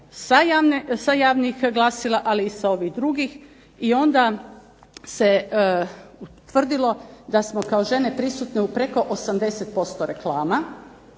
sa javnih glasila, ali i sa ovih drugih i onda se utvrdilo da smo kao žene prisutne u preko 80% reklama.